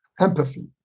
empathy